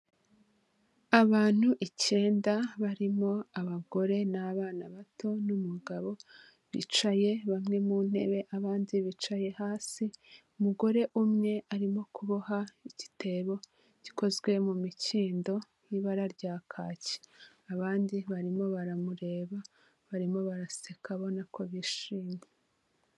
Abantu icyenda barimo abagore n'abana bato n'umugabo, bicaye bamwe mu ntebe abandi bicaye hasi, umugore umwe arimo kuboha igitebo gikozwe mu mikindo y'ibara rya kaki, abandi barimo baramureba barimo baraseka abona ko bishimye.